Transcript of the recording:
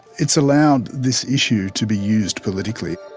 it's allowed this issue to be used politically.